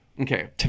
Okay